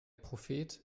prophet